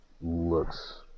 looks